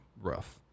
rough